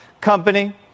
company